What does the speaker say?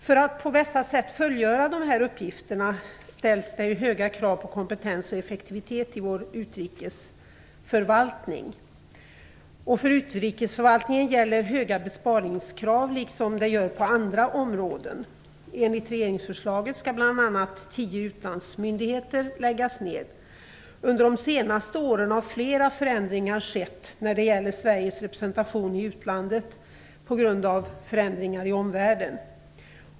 För att på bästa sätt fullgöra dessa uppgifter ställs höga krav på kompetens och effektivitet i vår utrikesförvaltning. För utrikesförvaltningen gäller höga besparingskrav liksom det gör på andra områden. Enligt regeringsförslaget skall bl.a. tio utlandsmyndigheter läggas ned. Under de senaste åren har flera förändringar skett när det gäller Sveriges representation i utlandet på grund av förändringar i omvärlden.